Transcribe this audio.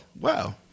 wow